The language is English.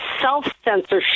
self-censorship